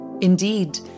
indeed